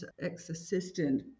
ex-assistant